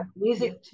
music